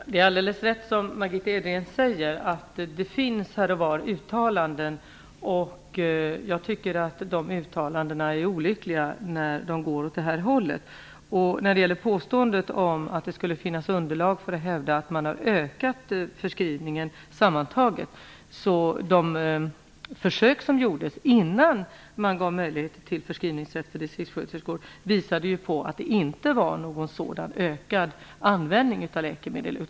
Fru talman! Det är alldeles rätt det som Margitta Edgren säger, att det här och var finns uttalanden åt det hållet, vilket jag tycker är olyckligt. När det gäller påståendet om att det skulle finnas underlag för att den sammantagna förskrivningen hade ökat, visade ju de försök som gjordes innan man gav möjlighet till förskrivningsrätt för distriktssköterskor att det inte var fråga om någon ökad användning av läkemedel.